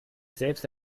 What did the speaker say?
selbst